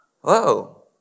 Whoa